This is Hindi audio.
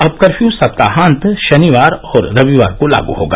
अब कर्फ्यू सप्तांहत शनिवार और रविवार को लागू होगा